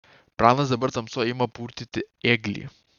pranas dabar tamsoj ima purtyti ėglį